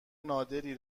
نادری